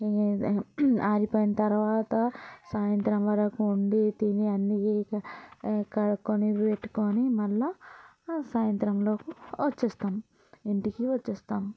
ఆరిపోయిన తర్వాత సాయంత్రం వరకు ఉండి తిని అన్ని కడుక్కొని పెట్టుకొని మళ్ళ సాయంత్రం లోపు వచ్చేస్తాం ఇంటికి వచ్చేస్తాం